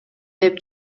деп